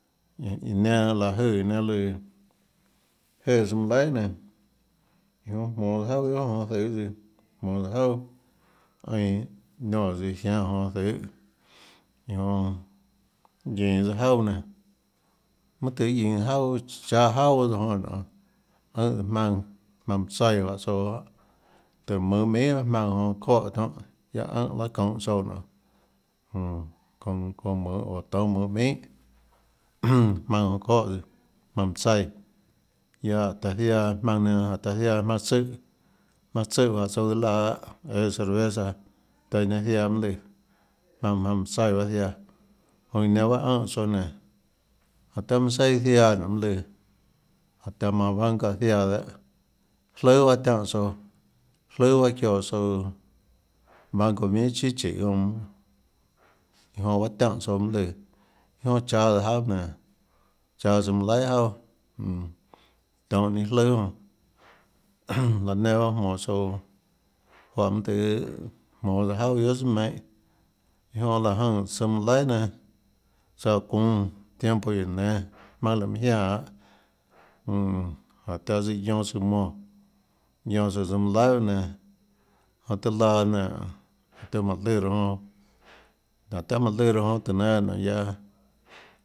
Iã nenã jonã láhå jøè iã nenã lùã jéã tsøã manã laihà nenã iã jonã jmonå juaà guiohà jonå zøhê tsøã jmonã tsøã jauà einã niónã tsøã jiánâ jonå zøhê iã jonã guienå tsøã jauà nenã mønâ tøhê guienå jauà cháâ jauà bahâ tsøã jonã nionê ùnã tsøã jmaønã jmaønã mønã tsaíã juáhã tsouã tùhå mønhå minhà jmaønã jonã çóhã tionhâ guiaâ ùnhã raâ çounhå tsouã nionê jonã çounã çounã mønhå oå toúnâ mønhå minhà jmaønã jonã çóhã tsøã jmaønã mønã tsaíã guiaâ jáhå taã ziaã jmaønã nenã jánhå taã ziaã jmaønã tsùhã jmaønã tsùhã juáhã tsouã tiuâ laã lahâ õâs cerveza taã iã nenã ziaã mønâ lùã jmaønã jmaønã mønâ tsaíã bahâ ziaã jonã iã nenã bahâ ùnhã tsouã nénå jánhå taã manã seiâ ziaã nionê mønâ lùã jánhå taã manã banca ziaã dehâ jlùà bahâ tiánã tsouã jlùà bahâ çioã tsouã banco minhàchíà chiê jonã iã jonã bahâ tiánhã tsouã mønâ lùã iâ jonà cháâ tsøã jauà nénå cháâ tsøã manã laihà jauà mm tionhâ ninâ jlùà jonã laã nenã bahâ jmonå tsouã juáhã mønã tøhê jmonå tsøã jauà guiohà tsùà meinhâ iã jonã láhå jønè tsøã manã laihà nénâ tsaã çuúnâ tiempo guióå nénâ jmaønã láhã mønâ jiánã lahâ jmm jánhå taã tsøã guionã tsøã monè guionã tsøã tsøã manã laihà bahâ nénã jánhå tiuâ laã nénå tiuã mánhå lùã laã jonã jáhå tiaã manã lùã laã jonã tùhå nénâ laã guiaâ.